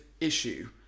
issue